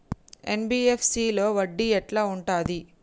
NBFC లో వడ్డీ ఎట్లా ఉంటది?